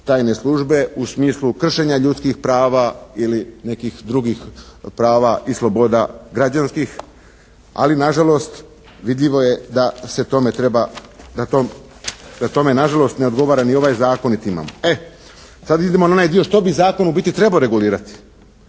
tajne službe u smislu kršenja ljudskih prava ili nekih drugih prava i sloboda građanskih, ali na žalost vidljivo je da se tome treba, da tome na žalost ne odgovara ni ovaj Zakon niti imamo. E sad idemo na onaj dio što bi zakon u biti trebao regulirati.